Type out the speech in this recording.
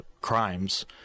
crimes